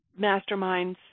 masterminds